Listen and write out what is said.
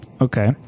Okay